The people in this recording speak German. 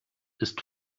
ist